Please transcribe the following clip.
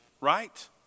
right